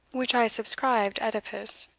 which i subscribed oedipus.